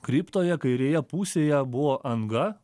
kriptoje kairėje pusėje buvo anga